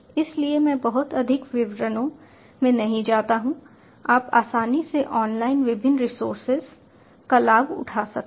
इसलिए मैं बहुत अधिक विवरणों में नहीं जाता हूं आप आसानी से ऑनलाइन विभिन्न रिसोर्सेज का लाभ उठा सकते हैं